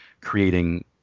creating